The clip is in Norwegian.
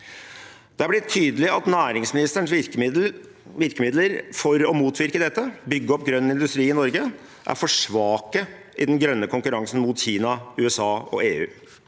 Det har blitt tydelig at næringsministerens virkemidler for å motvirke dette – bygge opp grønn industri i Norge – er for svake i den grønne konkurransen mot Kina, USA og EU.